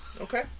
Okay